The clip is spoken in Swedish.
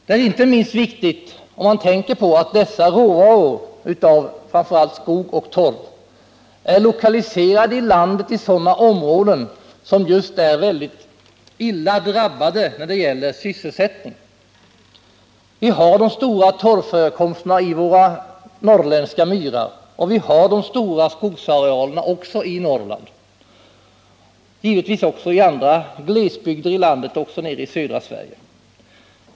Detta är inte minst viktigt om man tänker på att dessa råvaror, framför allt skogen och torven, är lokaliserade till sådana områden i landet som är mycket hårt drabbade när det gäller sysselsättningen. Vi har de stora torvförekomsterna i våra norrländska myrar, och även de stora skogsarealerna finns där uppe. Givetvis finns de även i andra glesbygder i landet och nere i södra Sverige.